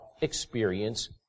experience